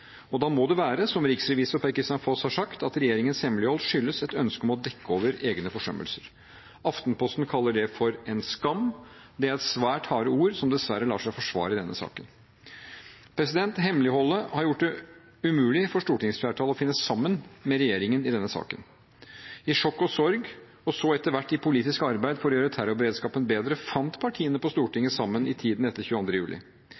Da må det være, som riksrevisor Per-Kristian Foss har sagt, at regjeringens hemmelighold skyldes et ønske om å dekke over egne forsømmelser. Aftenposten kaller det for en skam. Det er svært harde ord som dessverre lar seg forsvare i denne saken. Hemmeligholdet har gjort det umulig for stortingsflertallet å finne sammen med regjeringen i denne saken. I sjokk og sorg og så etter hvert i politisk arbeid for å gjøre terrorberedskapen bedre fant partiene på Stortinget sammen i tiden etter 22. juli.